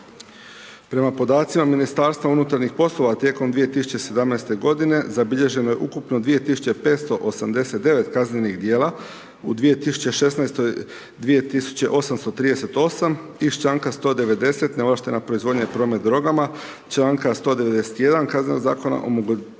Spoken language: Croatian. Prema podacima Ministarstva unutarnjih poslova tijekom 2017. godine zabilježeno je ukupno 2589 kaznenih djela, u 2016. 2838. Iz članka 190. neovlaštena proizvodnja i promet drogama, članka 191. Kaznenog zakona